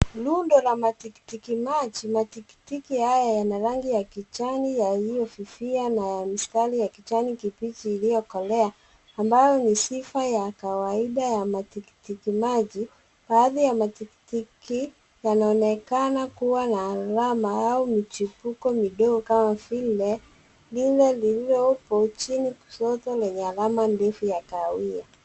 Rundo la matikiti maji, matikiti haya yana rangi ya kijani yaliyofifia, na mistari ya kijani kibichi iliokolea ambayo ni sifa ya kawaida ya matikiti maji. Baadhi ya matikiti, yanaonekana kuwa na alama au michupuko midogo kama vile, lile liliopo chini kushoto lenye alama ndefu ya kahawia.